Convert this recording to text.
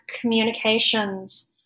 communications